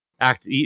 act